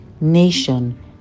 nation